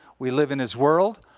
we live in his world.